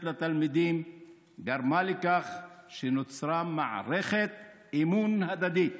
לתלמידים גרם לכך שנוצרה מערכת אמון הדדית